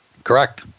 Correct